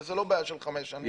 וזה לא בעיה של חמש שנים,